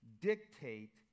dictate